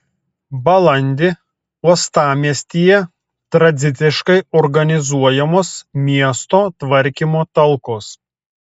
balandį uostamiestyje tradiciškai organizuojamos miesto tvarkymo talkos